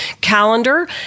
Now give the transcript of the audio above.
calendar